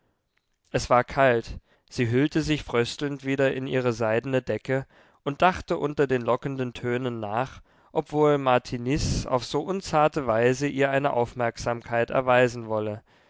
es war kalt sie hüllte sich fröstelnd wieder in ihre seidene decke und dachte unter den lockenden tönen nach ob wohl martiniz auf so unzarte weise ihr eine aufmerksamkeit erweisen wolle